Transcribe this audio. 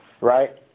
right